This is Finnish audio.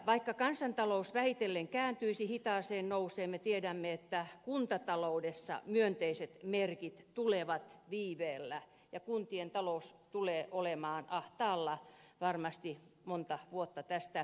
vaikka kansantalous vähitellen kääntyisi hitaaseen nousuun me tiedämme että kuntataloudessa myönteiset merkit tulevat viiveellä ja kuntien talous tulee olemaan ahtaalla varmasti monta vuotta tästä eteenpäin